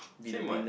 same what